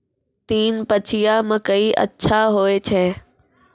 तीन पछिया मकई अच्छा होय छै?